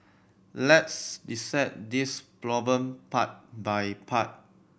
let's dissect this problem part by part